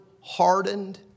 hardened